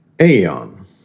Aeon